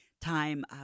time